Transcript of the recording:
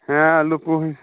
ᱦᱮᱸ ᱟᱹᱞᱩ ᱠᱚᱦᱚᱸ